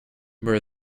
where